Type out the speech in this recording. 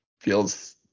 feels